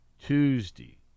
Tuesday